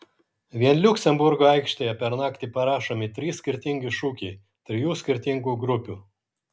vien liuksemburgo aikštėje per naktį parašomi trys skirtingi šūkiai trijų skirtingų grupių